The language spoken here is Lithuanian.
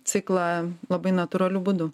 ciklą labai natūraliu būdu